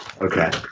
Okay